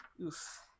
oof